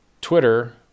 Twitter